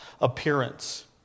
appearance